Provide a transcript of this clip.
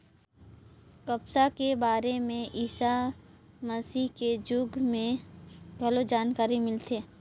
कपसा के बारे में ईसा मसीह के जुग में घलो जानकारी मिलथे